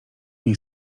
nie